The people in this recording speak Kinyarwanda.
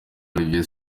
olivier